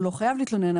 הוא לא חייב להתלונן,